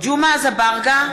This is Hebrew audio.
ג'מעה אזברגה,